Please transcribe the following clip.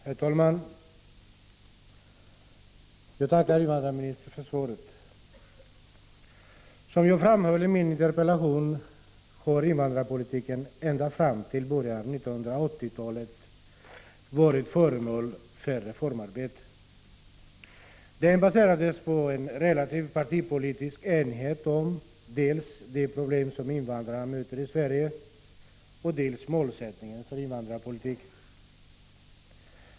Herr talman! Jag tackar invandrarministern för svaret. Som jag framhöll i min interpellation har invandrarpolitiken ända fram till början av 1980-talet varit föremål för reformarbete. Det baserades på en relativ partipolitisk enighet om dels de problem som invandrarna möter i Sverige, dels målsättningen för invandrarpolitiken.